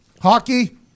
Hockey